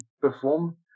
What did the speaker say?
perform